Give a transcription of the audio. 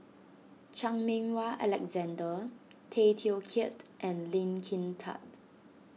Chan Meng Wah Alexander Tay Teow Kiat and Lee Kin Tat